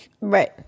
Right